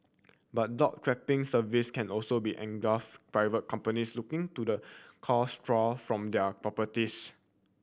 but dog trapping service can also be engulf private companies looking to the cull straw from their properties